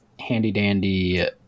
handy-dandy